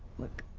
look,